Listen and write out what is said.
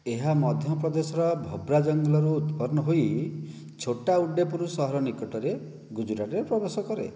ଏହା ମଧ୍ୟପ୍ରଦେଶର ଭବ୍ରା ଜଙ୍ଗଲରୁ ଉତ୍ପନ୍ନ ହୋଇ ଛୋଟା ଉଡେପୁର ସହର ନିକଟରେ ଗୁଜୁରାଟରେ ପ୍ରବେଶ କରେ